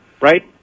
Right